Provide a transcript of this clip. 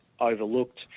overlooked